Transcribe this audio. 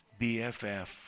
BFF